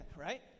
right